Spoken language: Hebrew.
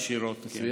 מצוין.